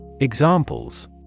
Examples